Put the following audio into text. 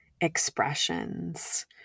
expressions